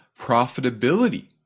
profitability